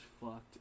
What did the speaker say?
fucked